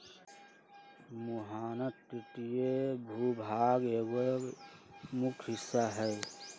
मुहाना तटीय भूभाग के एगो मुख्य हिस्सा हई